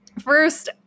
first